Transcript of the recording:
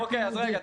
אז בדיוק.